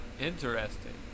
Interesting